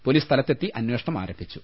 police സ്ഥലത്തെത്തി അന്വേഷണം ആരംഭിച്ചു